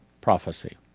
PROPHECY